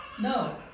No